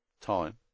time